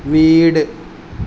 വീട്